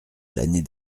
l’année